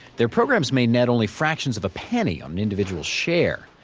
their programs may net only fractions of a penny on an individual share.